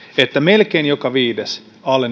että melkein joka viides alle